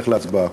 לך להצבעה.